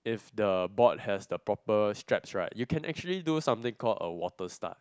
the board has the proper straps right you can actually do something called a water start